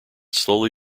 slowly